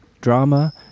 drama